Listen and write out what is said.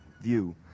view